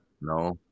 No